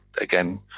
again